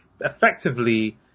Effectively